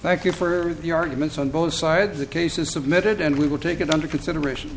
thank you for the arguments on both sides the case is submitted and we will take it under consideration